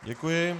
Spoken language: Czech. Děkuji.